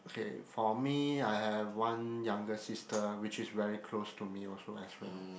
okay for me I have one younger sister which is very close to me also as well